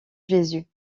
jésus